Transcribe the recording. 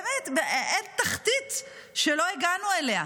באמת, אין תחתית שלא הגענו אליה.